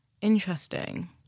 Interesting